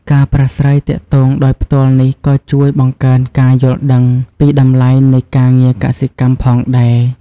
ការប្រាស្រ័យទាក់ទងដោយផ្ទាល់នេះក៏ជួយបង្កើនការយល់ដឹងពីតម្លៃនៃការងារកសិកម្មផងដែរ។